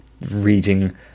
reading